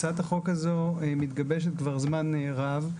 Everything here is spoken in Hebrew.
הצעת החוק הזו מתגבשת כבר זמן רב.